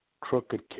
crooked